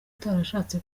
utarashatse